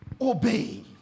obey